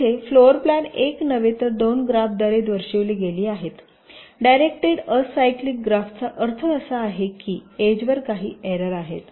तर येथे floor plan एक नव्हे तर दोन ग्राफ द्वारे दर्शविली गेली आहे डायरेक्टटेड अॅसायक्लिक ग्राफचा अर्थ असा आहे की एजवर काही एर्रो आहेत